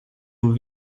aux